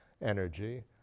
energy